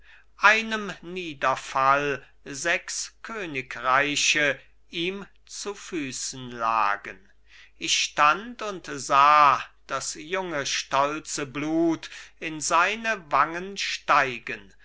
einem niederfall sechs königreiche ihm zu füßen lagen ich stand und sah das junge stolze blut in seine wangen steigen